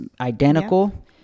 identical